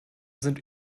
sind